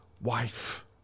wife